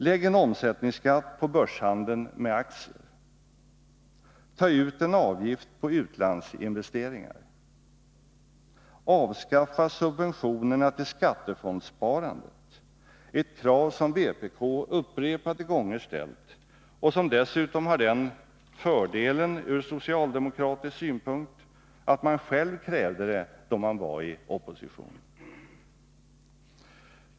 Lägg en omsättningsskatt på börshandeln med aktier! Ta ut en avgift på utlandsinvesteringar! Avskaffa subventionerna till skattefondssparandet! Det är ett krav som vpk upprepade gånger ställt och som dessutom har den ”fördelen” ur socialdemokratisk synpunkt att man själv krävde det då man var i opposition.